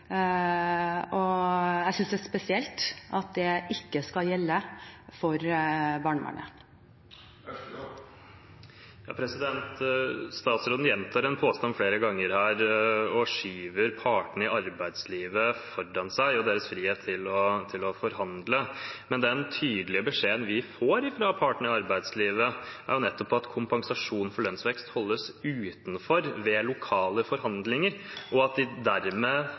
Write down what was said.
gjøre. Jeg synes det er spesielt at det ikke skal gjelde for barnevernet. Statsråden gjentar en påstand flere ganger her og skyver partene i arbeidslivet og deres frihet til å forhandle foran seg, men den tydelige beskjeden vi får fra partene i arbeidslivet, er nettopp at kompensasjonen for lønnsvekst holdes utenfor ved lokale forhandlinger, og at de lokale forhandlingene dermed